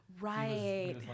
Right